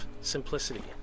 simplicity